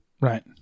Right